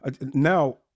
Now